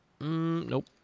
Nope